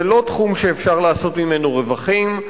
זה לא תחום שאפשר לעשות ממנו רווחים,